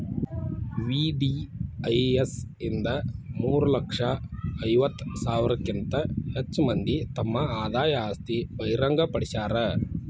VDIS ಇಂದ ಮೂರ ಲಕ್ಷ ಐವತ್ತ ಸಾವಿರಕ್ಕಿಂತ ಹೆಚ್ ಮಂದಿ ತಮ್ ಆದಾಯ ಆಸ್ತಿ ಬಹಿರಂಗ್ ಪಡ್ಸ್ಯಾರ